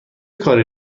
کاری